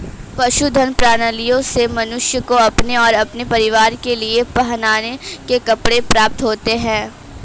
पशुधन प्रणालियों से मनुष्य को अपने और अपने परिवार के लिए पहनने के कपड़े प्राप्त होते हैं